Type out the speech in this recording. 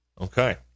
Okay